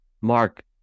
Mark